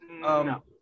No